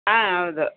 ಹಾಂ ಹೌದು